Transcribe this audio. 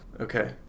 Okay